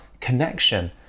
connection